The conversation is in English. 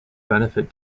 benefit